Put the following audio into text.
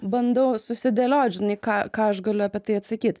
bandau susidėliot žinai ką ką aš galiu apie tai atsakyt